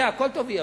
זה הכול טוב ויפה.